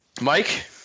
Mike